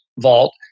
vault